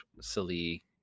silly